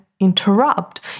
Interrupt